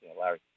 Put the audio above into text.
Larry